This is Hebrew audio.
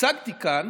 הצגתי כאן